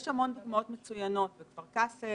יש המון דוגמאות מצוינות ומזכירים את כפר קאסם,